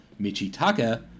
Michitaka